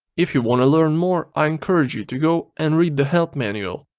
if you want to learn more i encourage you to go and read the help manual.